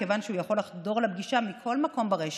מכיוון שהוא יכול לחדור לפגישה מכל מקום ברשת,